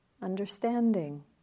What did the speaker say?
Understanding